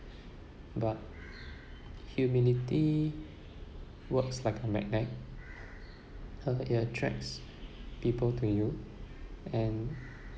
but humility works like a magnet cause it attracts people to you and